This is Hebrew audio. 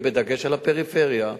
ובדגש על הפריפריה,